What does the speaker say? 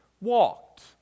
walked